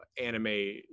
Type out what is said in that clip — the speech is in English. anime